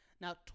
Now